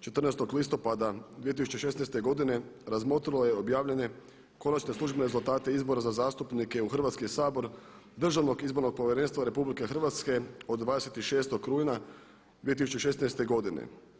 14. listopada 2016. godine razmotrilo je objavljanje konačne službene rezultate izbora za zastupnike u Hrvatski sabor, Državnog izbornog povjerenstva RH od 26. rujna 2016. godine.